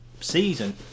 season